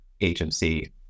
agency